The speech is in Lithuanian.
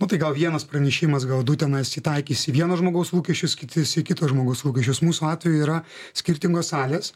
nu tai gal vienas pranešimas gal du tenais įtaikys į vieno žmogaus lūkesčius kitis į kito žmogaus lūkesčius mūsų atveju yra skirtingos salės